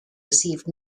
received